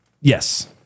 yes